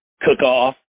Cook-Off